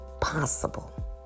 possible